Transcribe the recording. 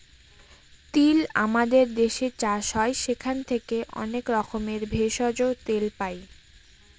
তিল আমাদের দেশে চাষ হয় সেখান থেকে অনেক রকমের ভেষজ, তেল পাই